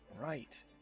Right